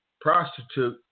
prostitute